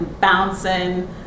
bouncing